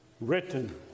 written